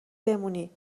بمونی